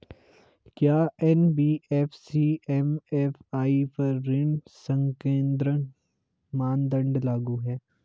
क्या NBFC MFI पर ऋण संकेन्द्रण मानदंड लागू हैं?